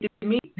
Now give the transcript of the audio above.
meet